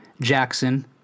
Jackson